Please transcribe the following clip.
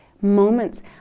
moments